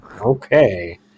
okay